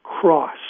cross